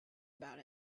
about